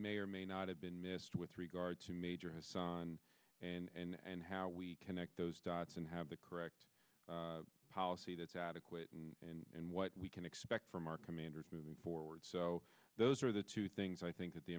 may or may not have been missed with regard to major hassan and how we connect those dots and have the correct policy that's adequate and what we can expect from our commanders moving forward so those are the two things i think that the